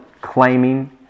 claiming